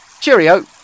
Cheerio